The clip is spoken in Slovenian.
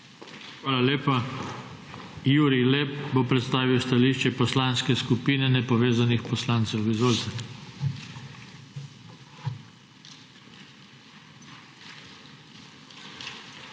Hvala lepa. Jurij Lep bo predstavil stališče Poslanske skupine nepovezanih poslancev. Izvolite. **JURIJ